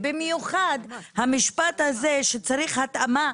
במיוחד המשפט הזה שצריך התאמה,